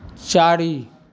चारि